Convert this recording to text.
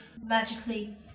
magically-